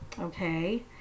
Okay